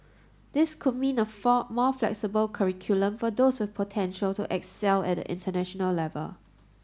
this could mean a for more flexible curriculum for those with the potential to excel at the international level